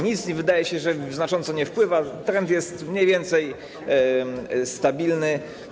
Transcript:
Nic, wydaje się, znacząco na to nie wpływa, trend jest mniej więcej stabilny.